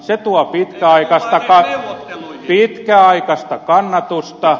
se tuo pitkäaikaista kannatusta